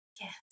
Yes